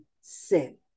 sin